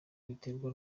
biterwa